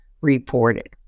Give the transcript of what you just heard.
reported